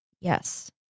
yes